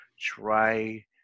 try